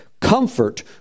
Comfort